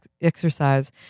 exercise